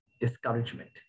discouragement